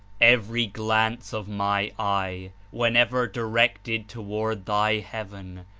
every glance of my eye, whenever directed toward thy heaven,